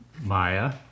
maya